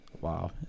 Wow